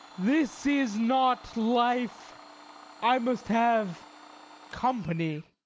this is not life i must have company.